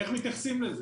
איך מתייחסים לזה,